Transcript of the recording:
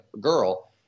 girl